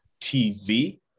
TV